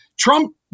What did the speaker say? Trump